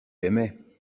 aimais